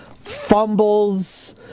fumbles